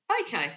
Okay